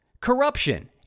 corruption